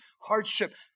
hardship